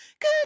good